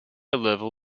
level